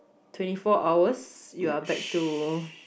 twenty four hours you are back to